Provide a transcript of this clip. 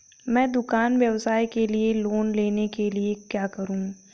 मैं दुकान व्यवसाय के लिए लोंन लेने के लिए क्या करूं?